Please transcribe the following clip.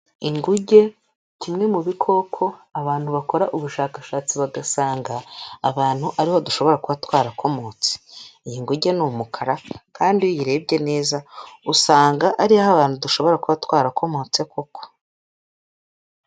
Inguge kimwe mu bikoko abantu bakora ubushakashatsi bagasanga abantu ariho dushobora kuba twarakomotse, iyi nguge ni umukara kandi iyo uyirebye neza usanga ariho abantu dushobora kuba twarakomotse koko.